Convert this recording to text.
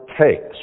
takes